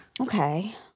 Okay